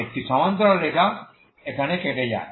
একটি সমান্তরাল রেখা এখানে কেটে যায়